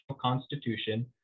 constitution